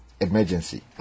emergency